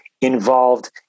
involved